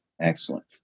Excellent